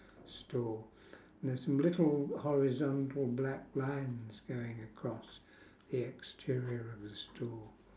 store there's some little horizontal black lines going across the exterior of the store